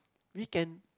we can